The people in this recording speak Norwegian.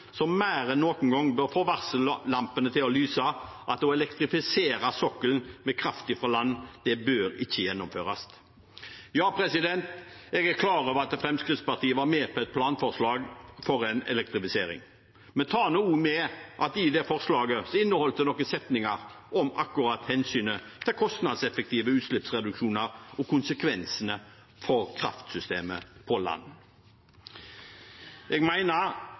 som mer enn noen gang bør få varsellampene til å lyse, og at å elektrifisere sokkelen med kraft fra land, det bør ikke gjennomføres. Ja, jeg er klar over at Fremskrittspartiet var med på et planforslag for en elektrifisering. Men ta også med at det forslaget inneholdt noen setninger om akkurat hensynet til kostnadseffektive utslippsreduksjoner og konsekvensene for kraftsystemet på land. Jeg